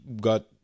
got